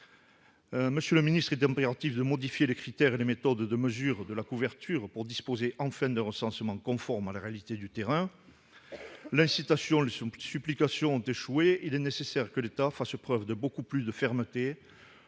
Monsieur le ministre, il est impératif de modifier les critères et les méthodes de mesure de la couverture pour disposer enfin d'un recensement conforme à la réalité du terrain. L'incitation et les supplications ayant échoué, il est nécessaire que l'État fasse preuve de beaucoup plus de fermeté